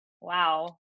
wow